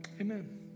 amen